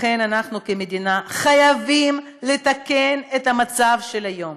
לכן, אנחנו כמדינה חייבים לתקן את המצב של היום.